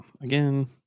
Again